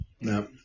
No